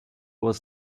was